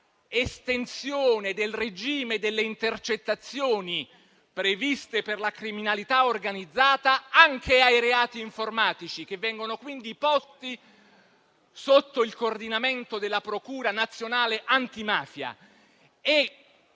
estensione del regime delle intercettazioni previsto per la criminalità organizzata anche ai reati informatici, che vengono quindi posti sotto il coordinamento della procura nazionale antimafia,